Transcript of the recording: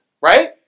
right